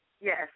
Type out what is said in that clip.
Yes